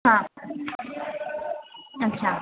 हां अच्छा